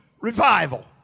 revival